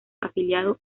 afiliado